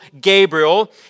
Gabriel